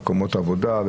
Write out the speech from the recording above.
במקומות עבודה.